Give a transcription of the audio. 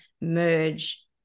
merge